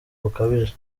bukabije